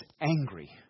angry